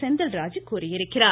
செந்தில் ராஜ் கூறியிருக்கிறார்